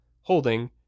holding